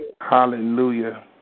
Hallelujah